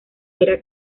era